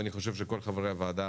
ואני חושב שכל חברי הוועדה